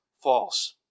false